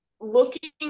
looking